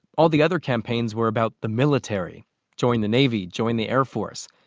ah ll the other campaigns were about the military join the navy, join the air force.